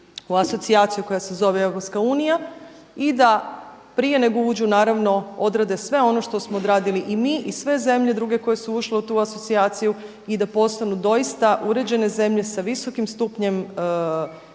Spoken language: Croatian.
u asocijaciju koja se zove EU i da prije nego uđu naravno odrade sve ono što smo odradili i mi i sve zemlje druge koje su ušle u tu asocijaciju i da postanu doista uređene zemlje sa visokim stupnjem demokracije,